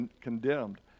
condemned